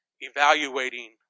evaluating